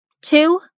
Two